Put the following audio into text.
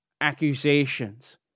accusations